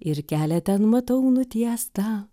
ir kelią ten matau nutiestą